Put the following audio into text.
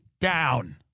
down